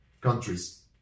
countries